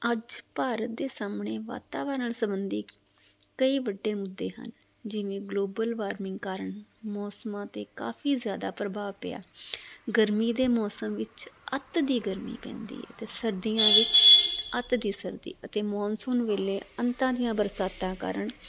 ਅੱਜ ਭਾਰਤ ਦੇ ਸਾਹਮਣੇ ਵਾਤਾਵਰਨ ਸੰਬੰਧਿਤ ਕਈ ਵੱਡੇ ਮੁੱਦੇ ਹਨ ਜਿਵੇਂ ਗਲੋਬਲ ਵਾਰਮਿੰਗ ਕਾਰਨ ਮੌਸਮਾਂ 'ਤੇ ਕਾਫੀ ਜ਼ਿਆਦਾ ਪ੍ਰਭਾਵ ਪਿਆ ਗਰਮੀ ਦੇ ਮੌਸਮ ਵਿੱਚ ਅੱਤ ਦੀ ਗਰਮੀ ਪੈਂਦੀ ਅਤੇ ਸਰਦੀਆਂ ਵਿੱਚ ਅੱਤ ਦੀ ਸਰਦੀ ਅਤੇ ਮੌਨਸੂਨ ਵੇਲੇ ਅੰਤਾਂ ਦੀਆਂ ਬਰਸਾਤਾਂ ਕਾਰਨ